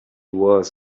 was